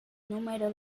número